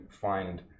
find